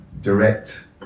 direct